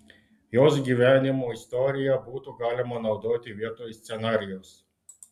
jos gyvenimo istoriją būtų galima naudoti vietoj scenarijaus